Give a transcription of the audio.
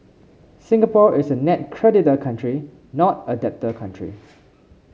Singapore is a net creditor country not a debtor country